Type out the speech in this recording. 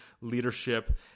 leadership